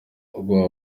ubwoba